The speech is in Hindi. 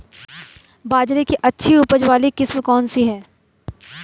बाजरे की अच्छी उपज वाली किस्म कौनसी है?